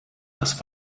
das